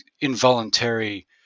involuntary